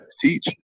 teach